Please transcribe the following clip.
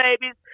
babies